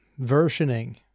versioning